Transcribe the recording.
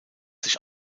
sich